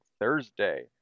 Thursday